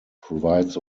provides